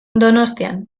donostian